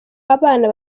abana